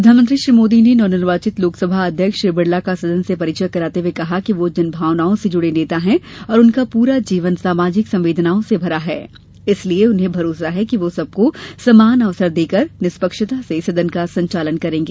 प्रधानमंत्री श्री मोदी ने नवनिर्वाचित लोकसभा अध्यक्ष श्री बिड़ला का सदन से परिचय कराते हुए कहा कि वह जनभावनाओं से जुड़े नेता हैं और उनका प्ररा जीवन सामाजिक संवेदनाओं से भरा है इसलिए उन्हें भरोसा है कि वह सबको समान अवसर देकर निष्पक्षता से सदन का संचालन करेंगे